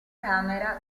camera